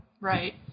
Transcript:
Right